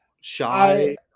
shy